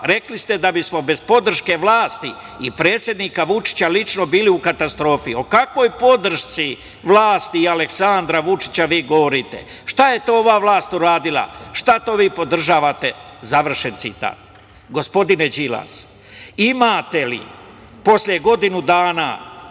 Rekli ste da bismo bez podrške vlasti i predsednika Vučića lično bili u katastrofi. O kakvoj podršci vlasti i Aleksandra Vučića vi govorite? Šta je to ova vlast uradila? Šta to vi podržavate?" Gospodine Đilas, imate li, posle godinu dana,